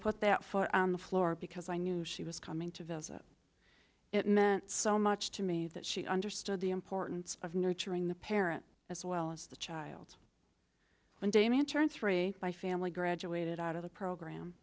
put that foot on the floor because i knew she was coming to visit it meant so much to me that she understood the importance of nurturing the parent as well as the child when damian turned three my family graduated out of the program